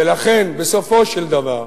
ולכן, בסופו של דבר,